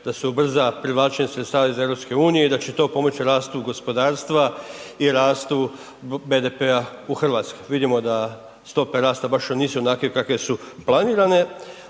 da se ubrza privlačenje sredstava iz EU-a i da će to pomoći rastu gospodarstva i rastu BDP-a u Hrvatskoj. Vidimo da stope rasta baš nisu onakve kakve su planirane